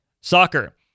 Soccer